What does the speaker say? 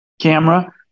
camera